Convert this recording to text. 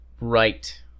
Right